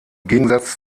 gegensatz